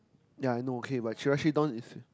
ya I know okay but Chirashi don is